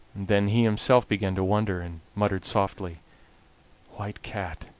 then he himself began to wonder, and muttered softly white cat,